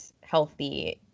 healthy